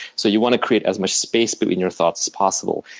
so you want to create as much space between your thoughts as possible.